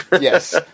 Yes